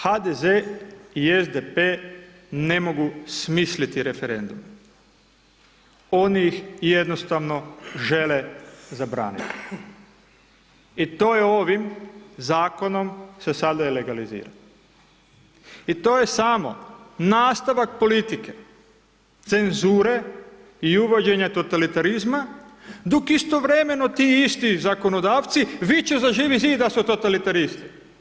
HDZ i SDP ne mogu smisliti referendum, oni ih jednostavno žele zabraniti i to je ovim zakonom se sada i legalizira i to je samo nastavak politike cenzure i uvođenja totalitarizma dok istovremeno ti isti zakonodavci viču za Živi zid da su totalitaristi.